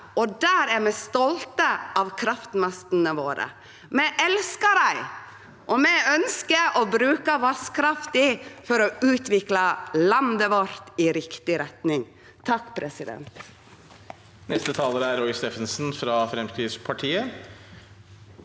og der er vi stolte av kraftmastene våre. Vi elskar dei, og vi ønskjer å bruke vasskrafta for å utvikle landet vårt i riktig retning. Roy Steffensen